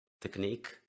technique